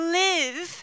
live